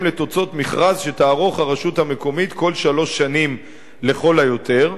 לתוצאות מכרז שהיא תערוך כל שלוש שנים לכל היותר,